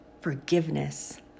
Forgiveness